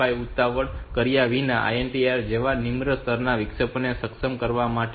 5 ઉતાવળ કર્યા વિના આ INTR જેવા નિમ્ન સ્તરના વિક્ષેપને સક્ષમ કરવા માટે છે